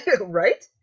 right